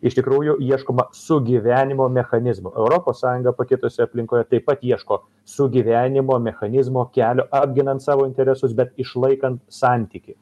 iš tikrųjų ieškoma sugyvenimo mechanizmo europos sąjunga pakitusioj aplinkoje taip pat ieško sugyvenimo mechanizmo kelio apginant savo interesus bet išlaikant santykį